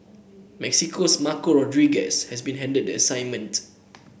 Mexico's Marco Rodriguez has been handed the assignment